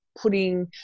putting